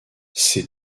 ces